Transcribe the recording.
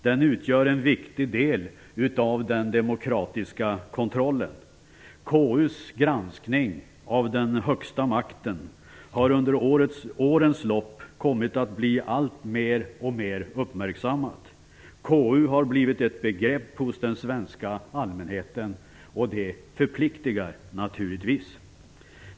Den utgör en viktig del av den demokratiska kontrollen. KU:s granskning av den högsta makten har under årens lopp kommit att bli alltmer uppmärksammad. KU har blivit ett begrepp hos den svenska allmänheten. Det förpliktigar naturligtvis.